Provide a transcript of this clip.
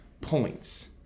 points